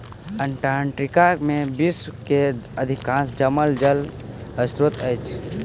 Antarctica में विश्व के अधिकांश जमल जल स्त्रोत अछि